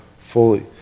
fully